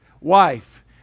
wife